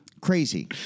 Crazy